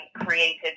Created